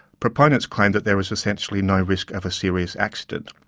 proponents claim that there is essentially no risk of a serious accident.